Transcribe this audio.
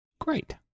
Great